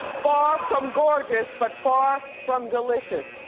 far from gorgeous but far from delicious.